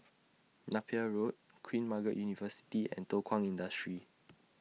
Napier Road Queen Margaret University and Thow Kwang Industry